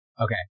Okay